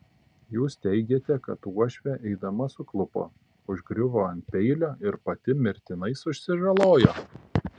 jūs teigiate kad uošvė eidama suklupo užgriuvo ant peilio ir pati mirtinai susižalojo